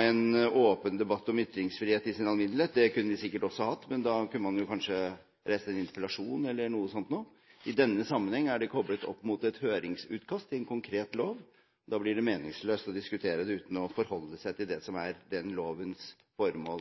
en åpen debatt om ytringsfrihet i sin alminnelighet kunne vi sikkert også hatt, men da kunne man kanskje f.eks. reist en interpellasjon. I denne sammenheng er det koplet opp til et høringsutkast til en konkret lov, og da blir det meningsløst å diskutere dette uten å forholde seg til det som er den lovens formål.